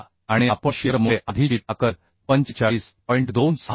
15 आणि आपण शिअरमुळे आधीची ताकद 45